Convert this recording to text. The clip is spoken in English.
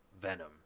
Venom